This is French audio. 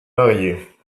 marié